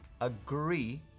agree